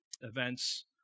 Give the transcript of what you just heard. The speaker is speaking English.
events